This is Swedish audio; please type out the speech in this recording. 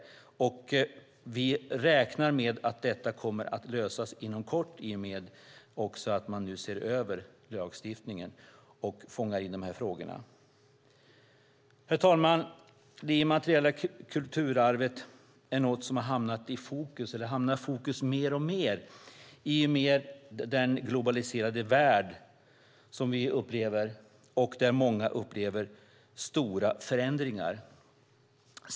Vi räknar med att detta kommer att lösas inom kort i och med att man nu ser över lagstiftningen och fångar in dessa frågor. Herr talman! Det immateriella kulturarvet är något som mer och mer hamnar i fokus i vår globaliserade värld där många upplever stora förändringar.